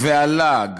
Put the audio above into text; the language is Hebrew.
והלעג